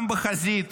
גם בחזית